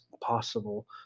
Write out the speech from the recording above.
possible